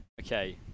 okay